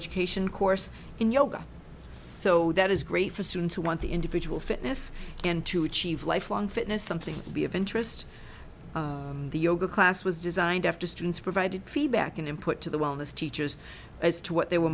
education course in yoga so that is great for students who want the individual fitness and to achieve lifelong fitness something will be of interest the yoga class was designed after students provided feedback and input to the wellness teachers as to what they were